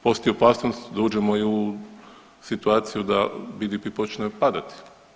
Postoji opasnost da uđemo i u situaciju da BDP počne padati.